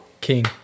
King